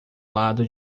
lado